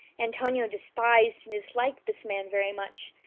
antonio despised and disliked this man very much,